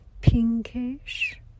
pinkish